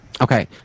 Okay